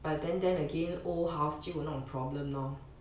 but then then again old house 就有那种 problem lor